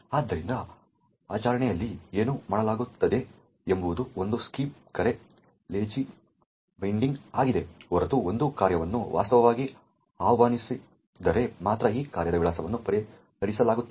ಆದ್ದರಿಂದ ಆಚರಣೆಯಲ್ಲಿ ಏನು ಮಾಡಲಾಗುತ್ತದೆ ಎಂಬುದು ಒಂದು ಸ್ಕೀಮ್ ಕರೆ ಲೇಜಿ ಬೈಂಡಿಂಗ್ ಆಗಿದೆ ಹೊರತು ಒಂದು ಕಾರ್ಯವನ್ನು ವಾಸ್ತವವಾಗಿ ಆಹ್ವಾನಿಸದಿದ್ದರೆ ಮಾತ್ರ ಆ ಕಾರ್ಯದ ವಿಳಾಸವನ್ನು ಪರಿಹರಿಸಲಾಗುತ್ತದೆ